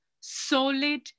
solid